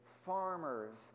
Farmers